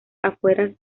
afueras